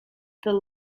the